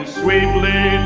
sweetly